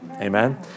Amen